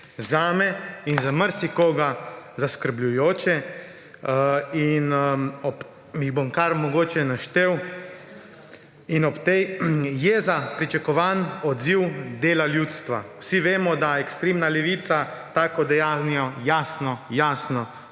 zame in za marsikoga zaskrbljujoče. Jih bom kar mogoče naštel: jeza, pričakovanj, odziv, dela ljudstva. Vsi vemo, da ekstremna levica tako dejanje jasno jasno